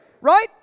right